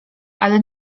ale